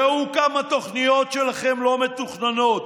ראו כמה תוכניות שלכם לא מתוכננות.